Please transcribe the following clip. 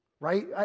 right